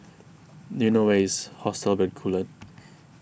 do you know where is Hotel Bencoolen